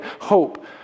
hope